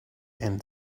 end